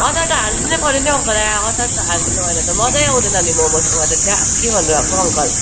अचार त हालिदिनै पर्यो नि हौ अङ्कल आँ अचार त हालिदिनु भएन भने त मजै आउँदैन नि मोमोसँग त छ्या के भन्नु भएको हौ अङ्कल